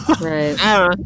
Right